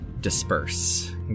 disperse